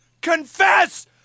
Confess